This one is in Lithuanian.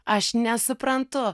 aš nesuprantu